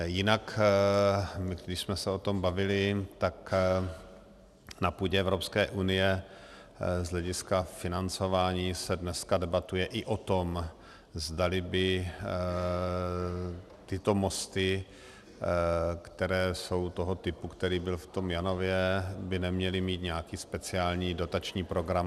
Jinak když jsme se o tom bavili, tak na půdě Evropské unie z hlediska financování se dneska debatuje i o tom, zdali by tyto mosty, které jsou toho typu, který byl v tom Janově, by neměly mít nějaký speciální dotační program.